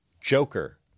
Joker